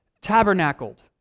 tabernacled